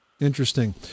Interesting